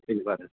फैनोब्ला आरो